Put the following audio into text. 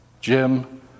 Jim